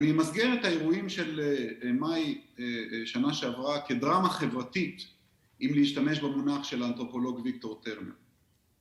אני אמסגר האירועים של מאי, ‫שנה שעברה, כדרמה חברתית, ‫אם להשתמש במונח ‫של האנתרופולוג ויקטור טרמן.